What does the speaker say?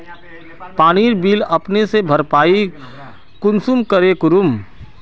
पानीर बिल अपने से भरपाई कुंसम करे करूम?